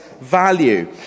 value